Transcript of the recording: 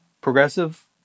progressive